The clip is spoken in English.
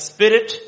Spirit